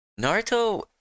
naruto